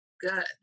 good